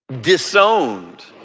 Disowned